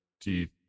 teeth